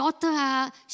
daughter